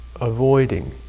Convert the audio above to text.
avoiding